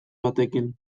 batekin